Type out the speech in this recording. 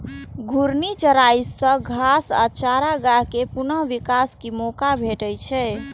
घूर्णी चराइ सं घास आ चारागाह कें पुनः विकास के मौका भेटै छै